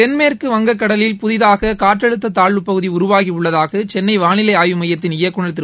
தென்மேற்குக் வங்கக்கடலில் புதிதாக காற்றழுத்த தாழ்வுப் பகுதி உருவாகி உள்ளதாக சென்னை வாளிலை ஆய்வுமையத்தின் இயக்குநர் திரு